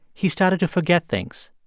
he started to forget things.